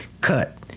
cut